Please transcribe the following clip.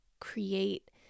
create